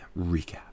Recap